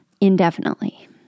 indefinitely